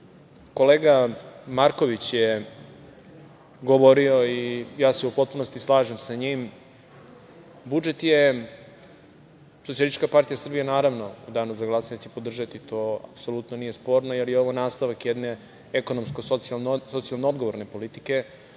kolega Marković je govorio i ja se u potpunosti slažem sa njim, budžet je, SPS naravno u Danu za glasanje će podržati, to apsolutno nije sporno jer je ovo nastavak jedne ekonomsko-socijalno odgovorne politike,